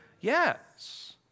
Yes